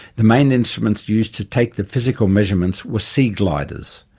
the main instruments used to take the physical measurements were sea gliders,